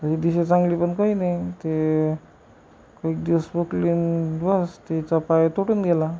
एक दिवशी चांगली पण काही नाही ते एक दिवस टिकली आणि बस तिचा पाय तुटून गेला